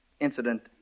Incident